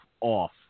off